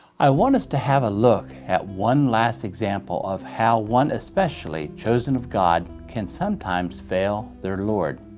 i want us to have a look at one last example of how one especially chosen of god can sometimes fail their lord.